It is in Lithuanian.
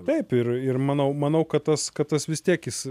taip ir ir manau manau kad tas kad tas vis tiek jis